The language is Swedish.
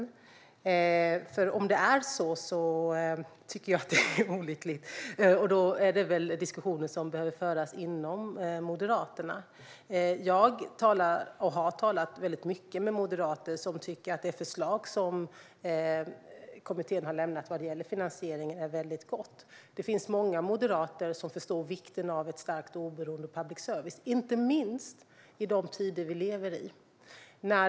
Ifall han går emot sin partilinje är det olyckligt, och då är det diskussioner som behöver föras inom Moderaterna. Jag talar och har talat mycket med moderater som tycker att det förslag som kommittén har lämnat vad gäller finansiering är gott. Det finns många moderater som förstår vikten av stark och oberoende public service, inte minst med tanke på de tider vi lever i.